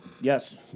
Yes